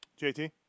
JT